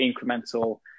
incremental